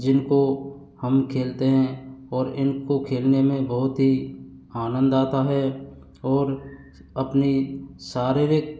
जिनको हम खेलते हैं और इनको खेलने में बहुत ही आनंद आता है और अपनी शारीरिक